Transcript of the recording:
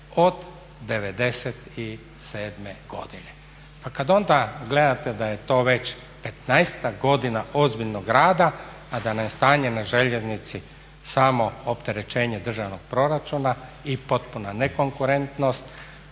od '97. godine. Pa kad onda gledate da je to već 15-ak godina ozbiljnog rada, a da nam je stanje na željeznici samo opterećenje državnog proračuna i potpuna nekonkurentnost